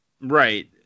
Right